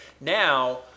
Now